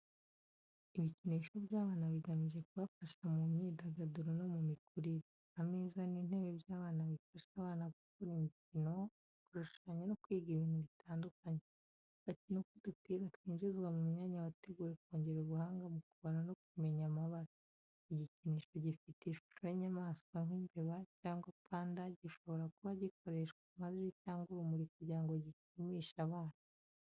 Ibikinisho by’abana bigamije kubafasha mu myidagaduro no mu mikurire. Ameza n’intebe by’abana bifasha abana gukoreraho imikino, gushushanya no kwiga ibintu bitandukanye. Agakino k’udupira twinjizwa mu mwanya wateguwe kongera ubuhanga mu kubara no kumenya amabara. Igikinisho gifite ishusho y’inyamaswa, nk’imbeba cyangwa panda, gishobora kuba gikoresha amajwi cyangwa urumuri kugira ngo gishimishe abana.